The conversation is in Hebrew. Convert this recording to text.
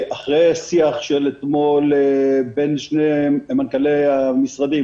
אחרי השיח של אתמול בין שני מנכ"לי המשרדים,